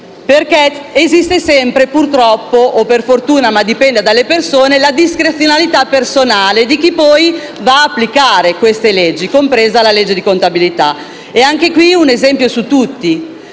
perché esiste sempre, purtroppo (o per fortuna, ma dipende dalle persone), la discrezionalità personale di chi poi va a applicare queste leggi, compresa la legge di contabilità. Anche qui, un esempio su tutti.